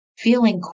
Feeling